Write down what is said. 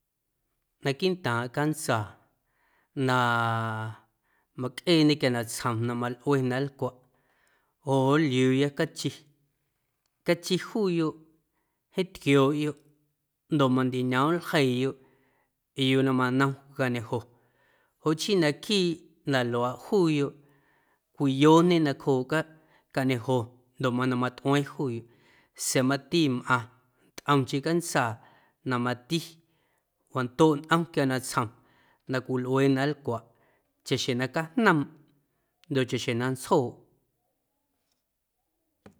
Naquiiꞌntaaⁿ cantsaa na macꞌeeñe quia natsjom na malꞌue na nlcwaꞌ joꞌ joꞌ nliuuya cachi, cachi juuyoꞌ jeeⁿ tquiooꞌyoꞌ ndoꞌ mandiñoomꞌ nljeiiyoꞌ yuu na manom cañejo joꞌ chii naquiiꞌ na luaaꞌ juuyoꞌ cwiyooñe nacjooꞌ caꞌ cañejo ndoꞌ mana matꞌueeⁿ juuyoꞌ sa̱a̱ ati mꞌaⁿ ntꞌomcheⁿ cantsaa na mati wandoꞌ nꞌom quia natsjom na cwilꞌuee na nlcwaꞌ chajeⁿ na cajnoomꞌ ndoꞌ chaxjeⁿ na ntsjooꞌ.